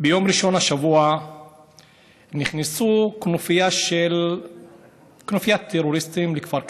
ביום ראשון השבוע נכנסה כנופיית טרוריסטים לכפר קאסם,